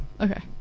Okay